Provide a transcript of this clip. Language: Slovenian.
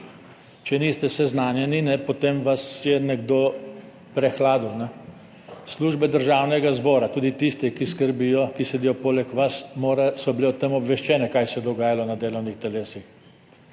Če niste seznanjeni, potem vas je nekdo prehladil. Službe Državnega zbora, tudi tiste, ki skrbijo, ki sedijo poleg vas, so bile o tem obveščene, kaj se je dogajalo na delovnih telesih.